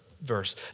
verse